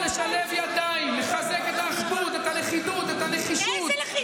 את האחדות, את הלכידות, את הנחישות, איזו לכידות?